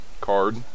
card